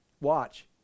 watch